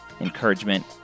encouragement